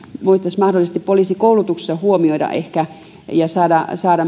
voitaisiin mahdollisesti poliisikoulutuksessa huomioida ja saada